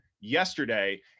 yesterday